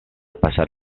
pasar